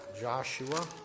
Joshua